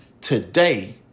today